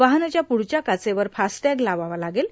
वाहनाच्या पुढच्या काचेवर फ्रस्टेंग लावावा लागेल